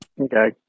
Okay